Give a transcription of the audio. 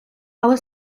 але